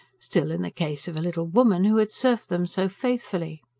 still, in the case of a little woman who had served them so faithfully!